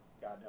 God